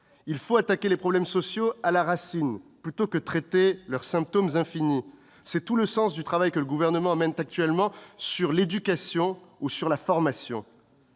Il faut attaquer les problèmes sociaux à la racine, plutôt que de traiter leurs symptômes infinis. C'est tout le sens du travail que le Gouvernement mène actuellement sur l'éducation ou sur la formation.